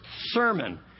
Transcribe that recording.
sermon